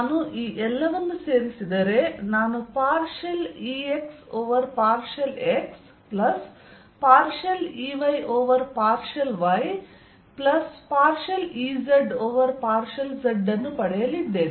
ನಾನು ಈ ಎಲ್ಲವನ್ನು ಸೇರಿಸಿದರೆ ನಾನು partial Ex over partial x plus partial Ey over partial y plus partial Ez over partial z ಅನ್ನು ಪಡೆಯಲಿದ್ದೇನೆ